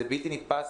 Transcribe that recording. זה בלתי נתפס.